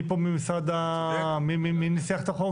מי פה ממשרד, מי ניסח את החוק?